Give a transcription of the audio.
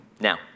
Now